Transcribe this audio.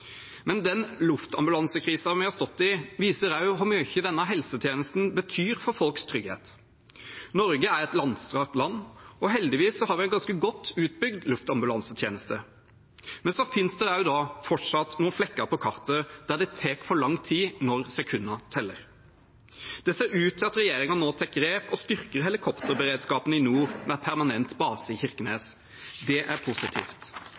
vi har stått i, viser også hvor mye denne helsetjenesten betyr for folks trygghet. Norge er et langstrakt land. Heldigvis har vi en ganske godt utbygd luftambulansetjeneste, men det finnes fortsatt noen flekker på kartet der det tar for lang tid når sekundene teller. Det ser ut til at regjeringen nå tar grep og styrker helikopterberedskapen i nord med en permanent base i Kirkenes. Det er positivt.